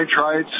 nitrites